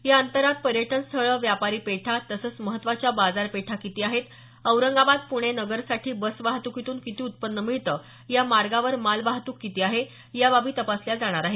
या अंतरात पर्यटन स्थळं व्यापारी पेठा तसंच महत्त्वाच्या बाजारपेठा किती आहेत औरंगाबाद पुणे नगर साठी बसवाहतुकीतून किती उत्पन्न मिळतं या मार्गावर मालवाहतुक किती आहे या बाबी तपासल्या जाणार आहेत